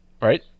right